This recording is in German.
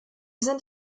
sind